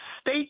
state